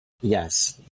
Yes